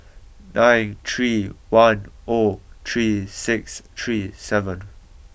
nine three one oh three six three seven